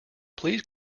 please